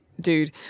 dude